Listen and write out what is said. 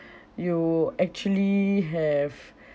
you actually have